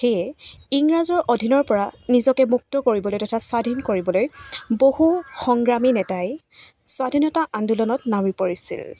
সেয়ে ইংৰাজৰ অধীনৰ পৰা নিজকে মুক্ত কৰিবলৈ তথা স্বাধীন কৰিবলৈ বহু সংগ্ৰামী নেতাই স্বাধীনতা আন্দোলনত নামি পৰিছিল